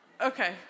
Okay